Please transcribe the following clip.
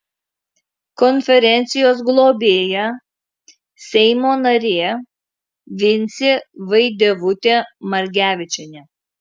konferencijos globėja seimo narė vincė vaidevutė margevičienė